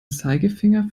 zeigefinger